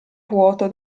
vuoto